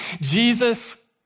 Jesus